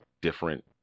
different